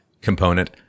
component